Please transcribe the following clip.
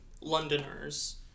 Londoners